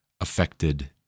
affected